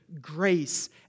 grace